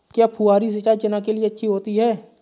क्या फुहारी सिंचाई चना के लिए अच्छी होती है?